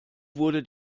wurde